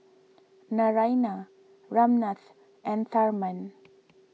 Naraina Ramnath and Tharman